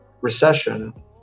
Recession